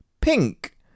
pink